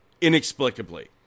inexplicably